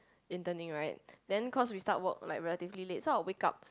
interning right then cause we start work like relatively late so I'll wake up